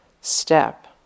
step